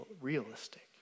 realistic